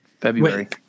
February